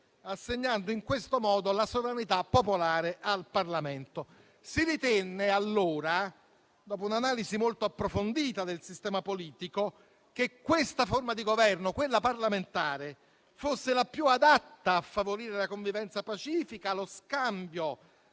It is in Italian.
assegnando in questo modo la sovranità popolare al Parlamento. Si ritenne allora, dopo un'analisi molto approfondita del sistema politico, che questa forma di governo, quella parlamentare, fosse la più adatta a favorire la convivenza pacifica e lo scambio